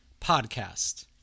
podcast